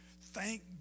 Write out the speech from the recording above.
thank